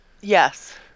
Yes